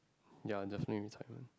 ya definitely will tight